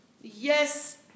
yes